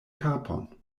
kapon